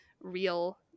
real